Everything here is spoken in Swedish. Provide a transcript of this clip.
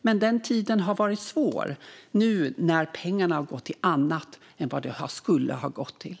Men detta har varit svårt nu, under tiden när pengarna har gått till annat än de skulle ha gått till.